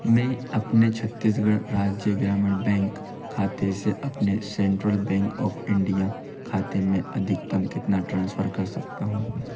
मैं अपने छत्तीसगढ़ राज्य ग्रामीण बैंक खाते से अपने सेंट्रल बैंक ऑफ़ इंडिया खाते में अधिकतम कितना ट्रांसफ़र कर सकता हूँ